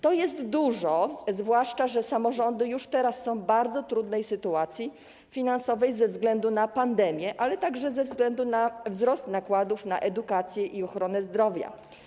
To dużo, zwłaszcza że samorządy już teraz są w bardzo trudnej sytuacji finansowej ze względu na pandemię, ale także ze względu na wzrost nakładów na edukację i ochronę zdrowia.